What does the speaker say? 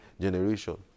generation